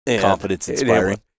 confidence-inspiring